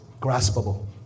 graspable